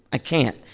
i can't.